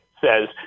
says